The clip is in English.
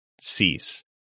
Cease